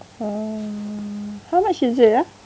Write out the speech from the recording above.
oh how much is it ah